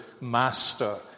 master